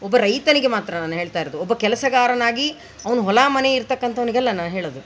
ಒಬ್ಬ ರೈತನಿಗೆ ಮಾತ್ರ ನಾನು ಹೇಳ್ತಾಯಿರೋದು ಒಬ್ಬ ಕೆಲಸಗಾರನಾಗಿ ಅವ್ನು ಹೊಲ ಮನೆ ಇರ್ತಕಂಥವ್ನಿಗಲ್ಲ ನಾನು ಹೇಳೋದು